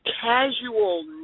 casual